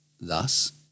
Thus